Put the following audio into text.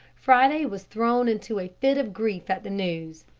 friday was thrown into a fit of grief at the news.